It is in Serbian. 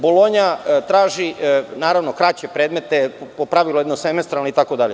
Bolonja traži kraće predmete, po pravilu jednosemestralne itd.